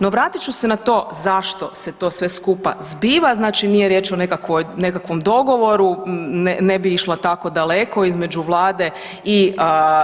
No vratit ću se na to zašto se to sve skupa zbiva, znači nije riječ o nekakvom dogovoru, ne bi išla tako daleko između Vlade i